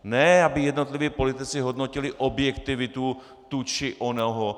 Ne aby jednotliví politici hodnotili objektivitu toho či onoho.